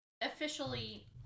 officially